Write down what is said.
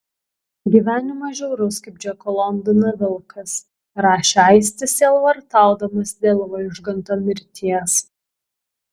gyvenimas žiaurus kaip džeko londono vilkas rašė aistis sielvartaudamas dėl vaižganto mirties